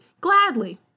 gladly